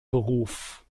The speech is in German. beruf